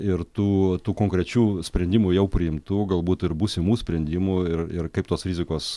ir tų tų konkrečių sprendimų jau priimtų galbūt ir būsimų sprendimų ir ir kaip tos rizikos